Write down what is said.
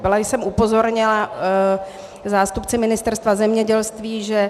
Byla jsem upozorněna zástupci Ministerstva zemědělství, že